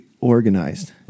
organized